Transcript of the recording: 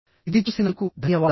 ఇది చూసినందుకు ధన్యవాదాలు